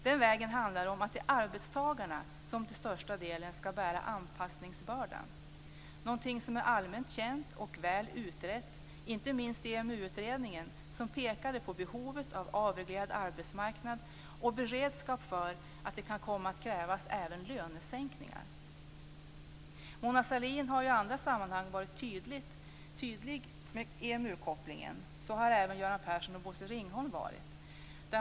Det är arbetstagarna som till största delen ska bära anpassningsbördan - någonting som är allmänt känt och väl utrett inte minst i EMU-utredningen, som pekade på behovet av avreglerad arbetsmarknad och beredskap för att det kan komma att krävas även lönesänkningar. Mona Sahlin har i andra sammanhang varit tydlig med EMU-kopplingen. Det har även Göran Persson och Bosse Ringholm varit.